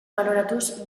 baloratuz